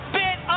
bit